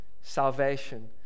salvation